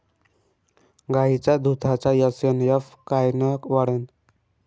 गायीच्या दुधाचा एस.एन.एफ कायनं वाढन?